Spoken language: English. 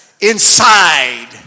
Inside